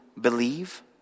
believe